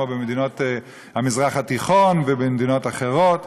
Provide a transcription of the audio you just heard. כמו במדינות המזרח התיכון ובמדינות אחרות.